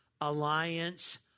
alliance